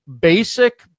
basic